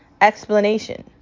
explanation